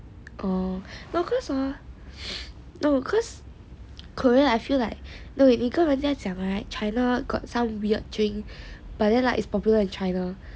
orh no hor no cause Korea I feel like 你跟人家讲 China got some weird drink but then like is popular in China